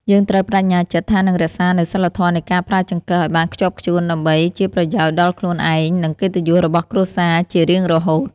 យើងត្រូវប្តេជ្ញាចិត្តថានឹងរក្សានូវសីលធម៌នៃការប្រើចង្កឹះឱ្យបានខ្ជាប់ខ្ជួនដើម្បីជាប្រយោជន៍ដល់ខ្លួនឯងនិងកិត្តិយសរបស់គ្រួសារជារៀងរហូត។